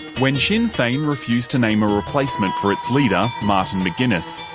when sinn fein refused to name a replacement for its leader, martin mcguinness,